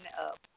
up